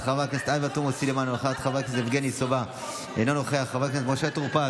חבר הכנסת רם בן ברק, אינו נוכח, חבר הכנסת אריאל